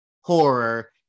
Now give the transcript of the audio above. horror